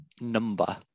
number